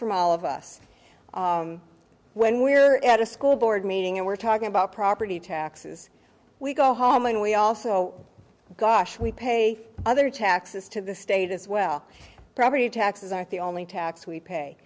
from all of us when we're at a school board meeting and we're talking about property taxes we go home and we also gosh we pay other taxes to the state as well property taxes aren't the only tax we pay